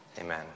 Amen